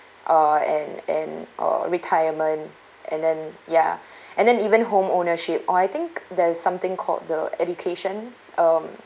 uh and and or retirement and then ya and then even home ownership or I think there's something called the education um